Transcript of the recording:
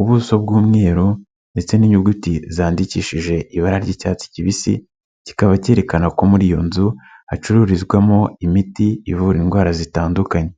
ubuso bw'umweru ndetse n'inyuguti zandikishije ibara ry'icyatsi kibisi, kikaba cyerekana ko muri iyo nzu hacururizwamo imiti ivura indwara zitandukanye.